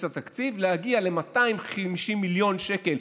התקציב שמצטברים ומגיעים ל-250 מיליון שקל,